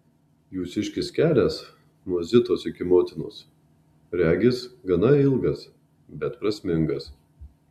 jūsiškis kelias nuo zitos iki motinos regis gana ilgas bet prasmingas